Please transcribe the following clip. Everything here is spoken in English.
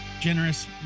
generous